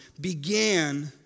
began